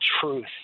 truth